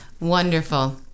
Wonderful